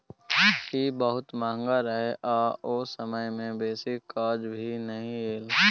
ई बहुत महंगा रहे आ ओ समय में बेसी काज भी नै एले